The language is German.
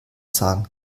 sagen